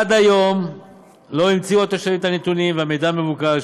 עד היום לא המציאו התושבים את הנתונים והמידע המבוקש,